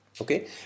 Okay